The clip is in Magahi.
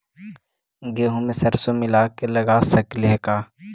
गेहूं मे सरसों मिला के लगा सकली हे का?